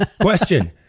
Question